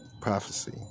prophecy